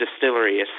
distillery